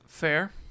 fair